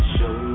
Show